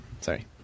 sorry